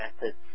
methods